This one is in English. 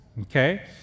Okay